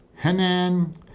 Henan